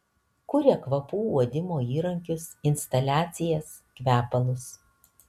kuria kvapų uodimo įrankius instaliacijas kvepalus